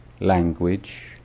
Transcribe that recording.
language